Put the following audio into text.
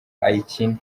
ayikinamo